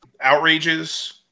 Outrages